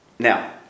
Now